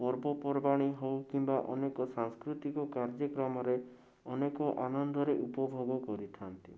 ପର୍ବପର୍ବାଣୀ ହଉ କିମ୍ବା ଅନେକ ସାଂସ୍କୃତିକ କାର୍ଯ୍ୟକ୍ରମରେ ଅନେକ ଆନନ୍ଦରେ ଉପଭୋଗ କରିଥାନ୍ତି